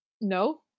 no